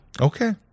okay